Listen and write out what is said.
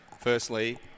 firstly